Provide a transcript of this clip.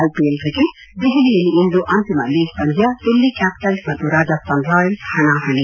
IPL cricket ದೆಹಲಿಯಲ್ಲಿ ಇಂದು ಅಂತಿಮ ಲೀಗ್ ಪಂದ್ಯ ಡೆಲ್ಲಿ ಕಾಪಿಟಲ್ಲ್ ಮತ್ತು ರಾಜಸ್ತಾನ್ ರಾಯಲ್ಸ್ ಹಣಾಹಣೆ